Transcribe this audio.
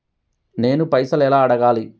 నేను పైసలు ఎలా అడగాలి?